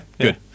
good